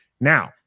now